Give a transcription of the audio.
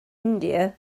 india